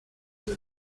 del